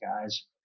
guys